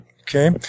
okay